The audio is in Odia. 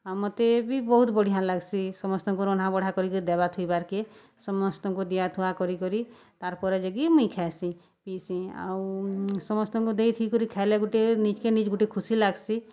ଆଉ ମତେ ବି ବହୁତ୍ ବଢ଼ିଆଁ ଲାଗ୍ସି ସମସ୍ତଙ୍କୁ ରନ୍ଧାବଢ଼ା କରିକି ଦେବା ଥୋଇବାର୍କେ ସମସ୍ତଙ୍କୁ ଦିଆଥୁଆ କରି କରି ତାର୍ ପରେ ଯାଇକି ମୁଇଁ ଖାଇସିଁ ପିଇସିଁ ଆଉ ସମସ୍ତଙ୍କୁ ଦେଇଥୁଇ କରି ଖାଏଲେ ଗୁଟେ ନିଜ୍କେ ନିଜ୍ ଗୁଟେ ଖୁସି ଲାଗ୍ସି